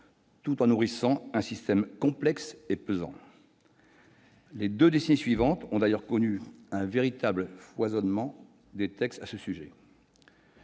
tout en nourrissant un système complexe et pesant. Les deux décennies suivantes ont d'ailleurs connu un véritable foisonnement de textes à ce sujet.